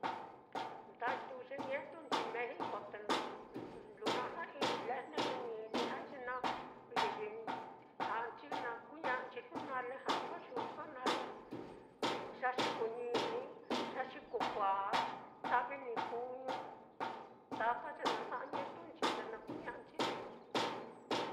Nda ituu ye ñetunchi méxico te lujua ja'ai lejne, ni ñini ja'ai, ye na, livi na ja'anchi na kuña'nchi, jnu nale ja'aso yu'uso nale, yaxi kuuñini, yaxi kuukuāā, ta'vi ni kuuñu, taka ye naá ja'a ñetunchi, ye na kuña'anchi.